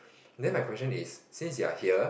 then my question is since you're here